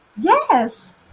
Yes